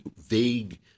vague